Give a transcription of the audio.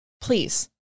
Please